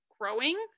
growing